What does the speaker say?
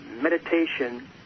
meditation